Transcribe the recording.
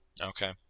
Okay